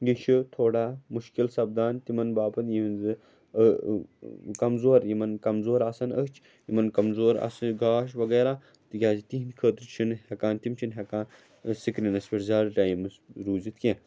یہِ چھُ تھوڑا مُشکِل سَپدان تِمَن باپَتھ یِہٕنٛزٕ کَمزور یِمَن کَمزور آسَن أچھ یِمَن کَمزور آسہِ گاش وغیرہ تِکیٛازِ تِہِنٛدِ خٲطرٕ چھُنہٕ ہٮ۪کان تِم چھِنہٕ ہٮ۪کان سِکریٖنَس پٮ۪ٹھ زیادٕ ٹایمَس روٗزِتھ کیٚنٛہہ